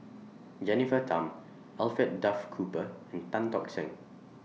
Jennifer Tham Alfred Duff Cooper and Tan Tock Seng